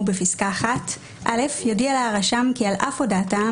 בפסקה (1) (א)יודיע לה הרשם כי על אף הודעתה,